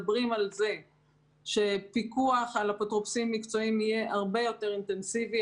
מדברים על כך שפיקוח על אפוטרופוסים מקצועיים יהיה הרבה יותר אינטנסיבי,